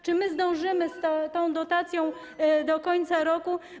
Czy my zdążymy z tą dotacją do końca roku?